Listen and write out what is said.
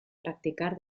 practicar